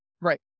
Right